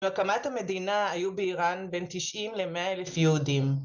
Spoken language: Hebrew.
‫בהקמת המדינה היו באיראן ‫בין 90 ל-100 אלף יהודים.